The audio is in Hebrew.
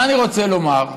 מה אני רוצה לומר?